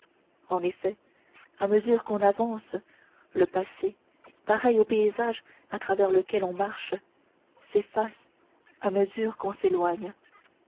en effet à mesure qu'on s'avance le passé pareil au paysage à travers lequel on marche s'efface à mesure qu'on s'éloigne